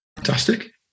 fantastic